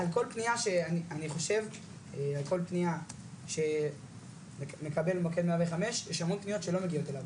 אני חושב שעל כל פניה שמקבל מוקד 105 יש המון פניות שלא מגיעות אליו.